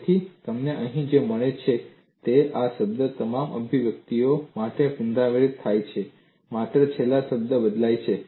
તેથી તમને અહીં જે મળે છે તે છે આ શબ્દ તમામ અભિવ્યક્તિઓ માટે પુનરાવર્તિત થાય છે માત્ર છેલ્લા શબ્દ બદલાય છે